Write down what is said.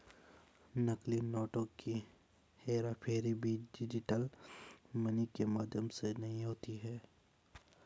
नकली नोटों की हेराफेरी भी डिजिटल मनी के माध्यम से नहीं होती